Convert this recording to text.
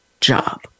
job